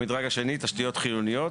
המדרג השני תשתיות חיוניות,